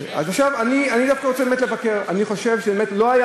היא אומרת באופן בולט: אנחנו מכניסים את